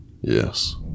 Yes